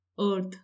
Earth